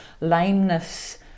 lameness